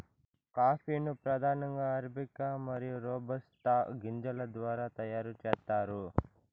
coffee ను ప్రధానంగా arabica మరియు రోబస్టా గింజల ద్వారా తయారు చేత్తారు